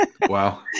Wow